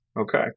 Okay